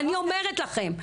אני אומרת לכם,